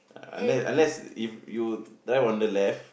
uh unless unless if you drive on the left